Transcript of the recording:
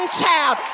child